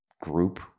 group